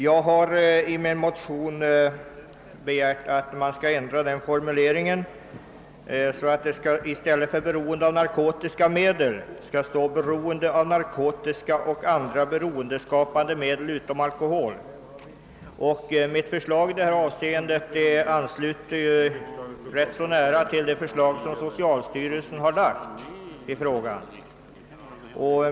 Jag har i min motion begärt att man skall ändra den formuleringen så, att det i stället för »beroende av narkotiska medel» skall stå »beroende av narkotiska och andra beroendeskapande medel utom alkohol». | Mitt förslag i detta avseende :ansluter rätt nära till det förslag som socialstyrelsen har framlagt i frågan.